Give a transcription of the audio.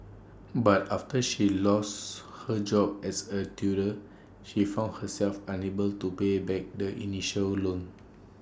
but after she lose her job as A tutor she found herself unable to pay back the initial loans